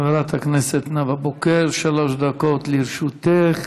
חברת הכנסת נאוה בוקר, שלוש דקות לרשותך.